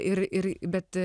ir ir bet